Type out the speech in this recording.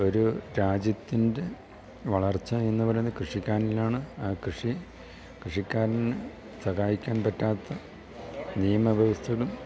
ഒരു രാജ്യത്തിൻ്റെ വളർച്ച എന്നു പറയുന്ന കൃഷിക്കാരിലാണ് ആ കൃഷി കൃഷിക്കാരന് സഹായിക്കാൻ പറ്റാത്ത നിയമ വ്യവസ്ഥകളും